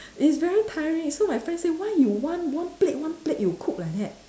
it's very tiring so my friend say why you one one plate one plate you cook like that